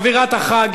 אווירת החג,